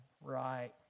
right